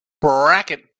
Bracket